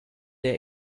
der